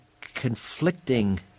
conflicting